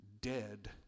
dead